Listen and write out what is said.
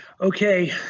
Okay